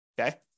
Okay